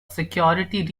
security